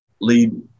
lead